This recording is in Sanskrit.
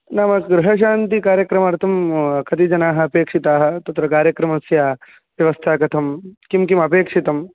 नाम गृहशान्तिकार्यक्रमार्थं कति जनाः अपेक्षिताः तत्र कार्यक्रमस्य व्यवस्था कथं किं किम् अपेक्षितं